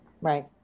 Right